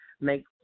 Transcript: make